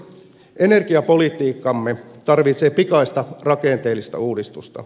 energiapolitiikkamme tarvitsee pikaista rakenteellista uudistusta